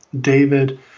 David